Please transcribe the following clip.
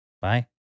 Bye